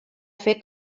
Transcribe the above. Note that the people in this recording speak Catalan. fer